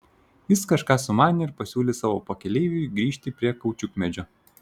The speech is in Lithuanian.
jis kažką sumanė ir pasiūlė savo pakeleiviui grįžti prie kaučiukmedžio